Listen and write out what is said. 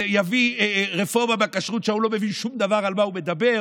שיביא רפורמה בכשרות כשהוא לא מבין שום דבר על מה הוא מדבר.